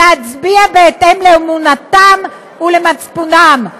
להצביע בהתאם לאמונתם ולמצפונם.